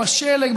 בשלג,